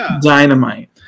dynamite